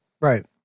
right